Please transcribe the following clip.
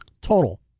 Total